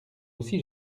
aussi